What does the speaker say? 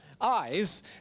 eyes